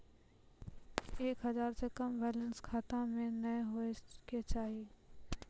एक हजार से कम बैलेंस खाता मे नैय होय के चाही